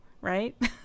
right